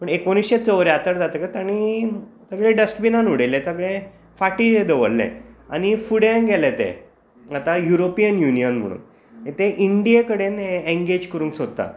पण एकोणशे चौऱ्यातर जातकच तांणी सगळें डस्टबीनान उडयलें सगळें फाटीं दवरलें आनी फुडेंय गेले ते आतां युरोपियन युनियन म्हणून ते इंडिये कडेन एंगेज करूंक सोदतात